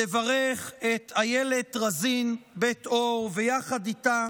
אני מבקש לברך את איילת רזין בית-אור ויחד איתה